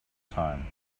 time